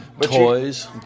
Toys